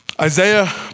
Isaiah